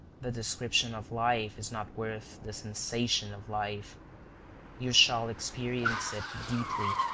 the description of life is not worth the sensation of life you shall experience it deeply.